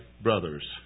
brothers